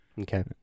Okay